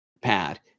pad